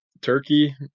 turkey